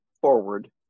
forward